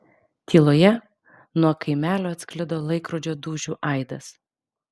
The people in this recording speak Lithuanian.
tyloje nuo kaimelio atsklido laikrodžio dūžių aidas